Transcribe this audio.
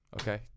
Okay